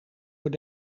voor